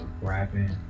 rapping